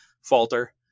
falter